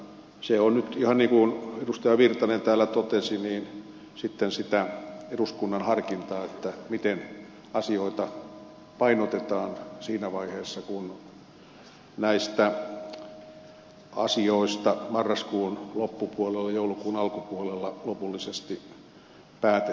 se on nyt ihan niin kuin edustaja virtanen täällä totesi sitten sitä eduskunnan harkintaa miten asioita painotetaan siinä vaiheessa kun näistä asioista marraskuun loppupuolella joulukuun alkupuolella lopullisesti päätetään